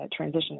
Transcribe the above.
transitioning